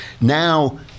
Now